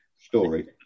story